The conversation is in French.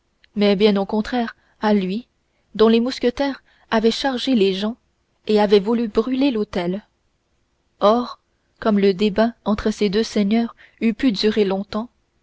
mais bien au contraire à lui dont les mousquetaires avaient chargé les gens et voulu brûler l'hôtel or comme le débat entre ces deux seigneurs eût pu durer longtemps